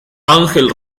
ángel